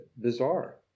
bizarre